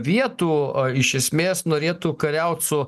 vietų iš esmės norėtų kariaut su